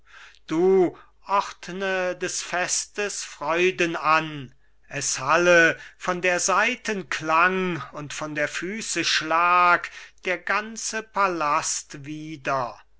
du ordne des festes freuden an es halle von der saiten klang und von der füße schlag der ganze palast wieder